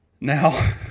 Now